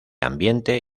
ambiente